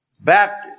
Baptists